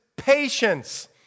patience